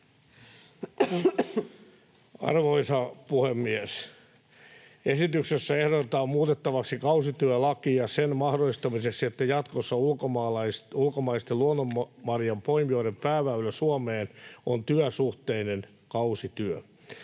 Arvoisa puhemies! Esityksessä ehdotetaan muutettavaksi kausityölakia sen mahdollistamiseksi, että jatkossa ulkomaisten luonnonmarjanpoimijoiden pääväylä Suomeen on työsuhteinen kausityö.